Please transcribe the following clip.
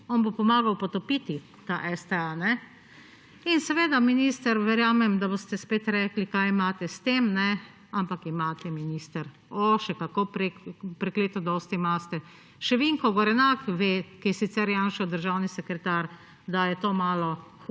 on bo pomagal potopiti ta STA – ne? In seveda, minister, verjamem, da boste spet rekli, kaj imate s tem, ampak imate, minister, o, še kako prekleto dosti imate! Še Vinko Gorenak ve, ki je sicer Janšev državni sekretar, da je to malo